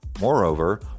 Moreover